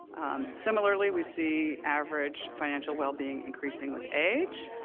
um, similarly, we see average financial wellbeing increasing with age.